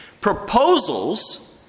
Proposals